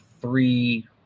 three